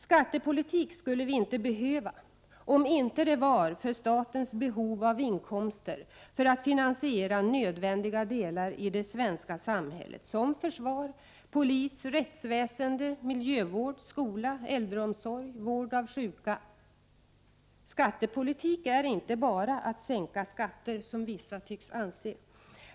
Skattepolitik skulle inte behövas om det inte var för statens behov av inkomster för att finansiera nödvändiga delar i det svenska samhället som försvar, polis, rättsväsende, miljövård, skola, äldreomsorg och vård av sjuka. Skattepolitik är inte bara att sänka skatter, som vissa tycks anse.